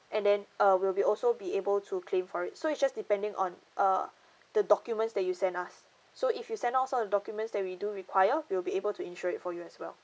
and then uh we'll be also be able to claim for it so it's just depending on uh the documents that you send us so if you send us all the documents that we do require we'll be able to insure it for you as well